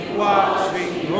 watching